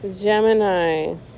Gemini